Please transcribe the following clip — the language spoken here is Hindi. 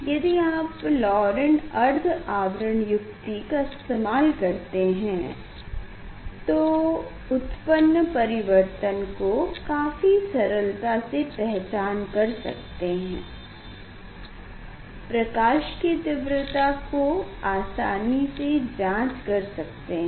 यदि आप लौरेण्ट अर्ध आवरण युक्ति का इस्तेमाल करते हैं तो उत्पन्न परिवर्तन को काफी सरलता से पहचान कर सकते हैं प्रकाश की तीव्रता को आसानी से जाँच कर सकते हैं